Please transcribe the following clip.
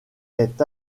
est